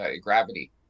Gravity